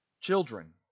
Children